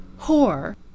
whore